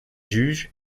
juge